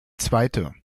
zweite